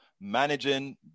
managing